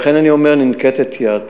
לכן אני אומר, ננקטת יד.